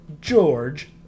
George